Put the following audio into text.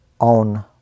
own